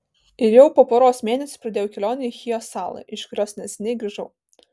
ir jau po poros mėnesių pradėjau kelionę į chijo salą iš kurios neseniai grįžau